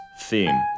theme